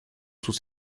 sus